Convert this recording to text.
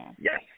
Yes